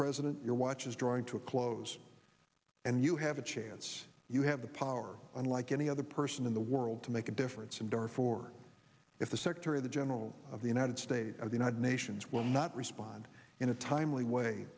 president your watch is drawing to a close and you have a chance you have the power unlike any other person in the world to make a difference and are four if the secretary of the general of the united states of the united nations will not respond in a timely way